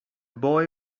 boy